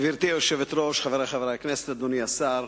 גברתי היושבת-ראש, חברי חברי הכנסת, אדוני השר,